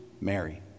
Mary